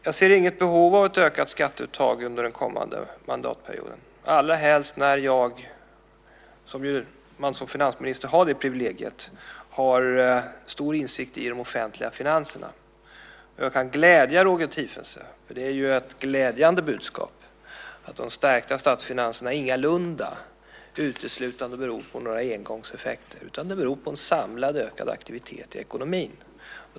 Jag ser inget behov av ett ökat skatteuttag under den kommande mandatperioden, allra helst som jag har stor insikt i de offentliga finanserna. Som finansminister har man ju det privilegiet. Jag kan glädja Roger Tiefensee - det är ju ett glädjande budskap - med att de stärkta statsfinanserna ingalunda uteslutande beror på några engångseffekter, utan det beror på en samlad ökad aktivitet i ekonomin.